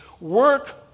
work